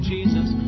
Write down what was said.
Jesus